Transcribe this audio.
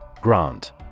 Grant